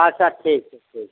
अच्छा ठीक छै ठीक